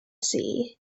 see